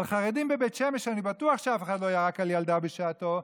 עם חרדים בבית שמש אני בטוח שאף אחד לא ירק על ילדה בשעתו,